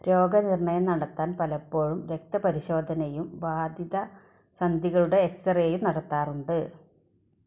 രോഗനിർണയം നടത്താൻ പലപ്പോഴും രക്തപരിശോധനയും ബാധിത സന്ധികളുടെ എക്സ്റേയും നടത്താറുണ്ട്